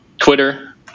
Twitter